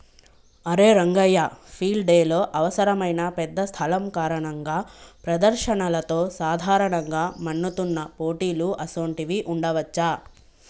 అరే రంగయ్య ఫీల్డ్ డెలో అవసరమైన పెద్ద స్థలం కారణంగా ప్రదర్శనలతో సాధారణంగా మన్నుతున్న పోటీలు అసోంటివి ఉండవచ్చా